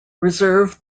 reserve